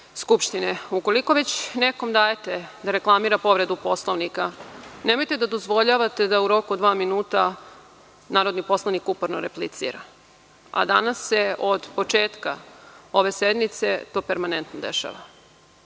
skupštine. Ukoliko već nekom dajete da reklamira povredu Poslovnika, nemojte da dozvoljavate da u roku od dva minuta narodni poslanik uporno replicira. Danas se od početka ove sednice to permanentno dešava.